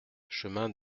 chemin